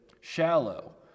shallow